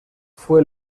fue